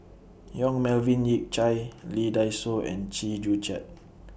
Yong Melvin Yik Chye Lee Dai Soh and Chew Joo Chiat